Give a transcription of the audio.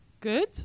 good